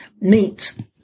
meat